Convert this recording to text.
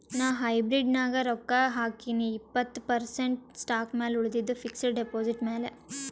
ನಾ ಹೈಬ್ರಿಡ್ ನಾಗ್ ರೊಕ್ಕಾ ಹಾಕಿನೀ ಇಪ್ಪತ್ತ್ ಪರ್ಸೆಂಟ್ ಸ್ಟಾಕ್ ಮ್ಯಾಲ ಉಳಿದಿದ್ದು ಫಿಕ್ಸಡ್ ಡೆಪಾಸಿಟ್ ಮ್ಯಾಲ